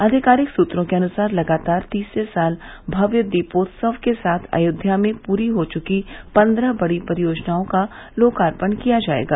आधिकारिक सूत्रों के अनुसार लगातार तीसरे साल भव्य दीपोत्सव के साथ अयोध्या में पूरी हो चुकीं पन्द्रह बड़ी परियोजनाओं का लोकार्पण किया जायेगा